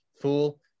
fool